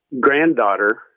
granddaughter